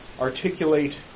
articulate